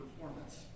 performance